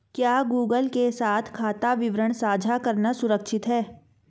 क्या गूगल के साथ खाता विवरण साझा करना सुरक्षित है?